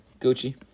Gucci